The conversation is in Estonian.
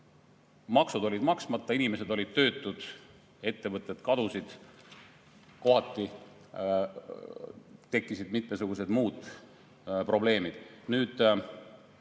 maksud olid maksmata, inimesed olid töötud, ettevõtted kadusid, kohati tekkisid mitmesugused muud probleemid.